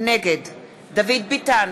נגד דוד ביטן,